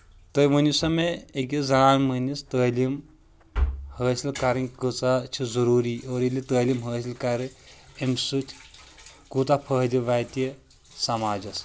تُہۍ ؤنِو سا مےٚ أکِس زَنان مٔہنِس تعلیٖم حٲصِل کَرٕنۍ کۭژہ چھِ ضروٗری اور ییٚلہِ تعلیٖم حٲصِل کَرٕنۍ اَمہِ سۭتۍ کوٗتاہ فٲیدٕ واتہِ سَماجَس